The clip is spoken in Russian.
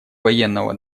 военного